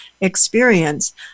experience